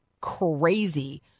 crazy